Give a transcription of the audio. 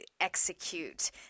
execute